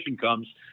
comes